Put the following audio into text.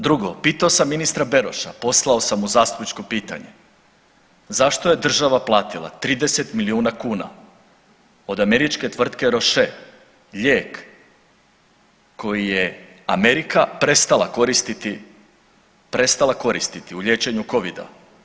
Drugo, pitao sam ministra Beroša, poslao sam mu zastupničko pitanje zašto je država platila 30 milijuna kuna od američke tvrtke Roche lijek koji je Amerika prestala koristi, prestala koristi u liječenju Covida.